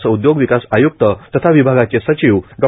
असे उद्योग विकास आयुक्त तथा विभागाचे सचिव डॉ